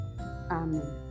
Amen